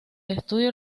estudio